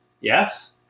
Yes